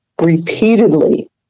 repeatedly